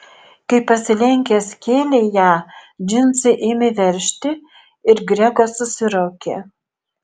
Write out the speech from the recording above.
kai pasilenkęs kėlė ją džinsai ėmė veržti ir gregas susiraukė